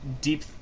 deep